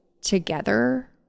together